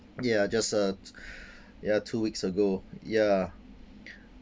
ya just a ya two weeks ago ya